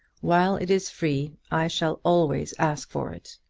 while it is free i shall always ask for it.